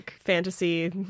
fantasy